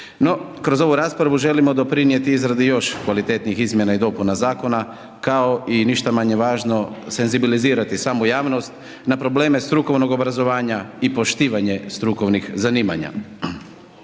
kroz ovu raspravu želimo doprinijeti izradi još kvalitetnih izmjena i dopuna zakona, kao i ništa manje važno, senzibilizirati samu javnost na probleme strukovnog obrazovanja i poštivanje strukovnih zanimanja.